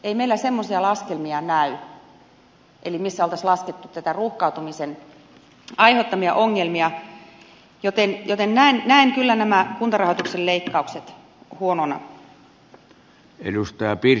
ei meillä semmoisia laskelmia näy missä olisi laskettu näitä ruuhkautumisen aiheuttamia ongelmia joten näen kyllä nämä kuntarahoituksen leikkaukset huonoina